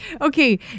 Okay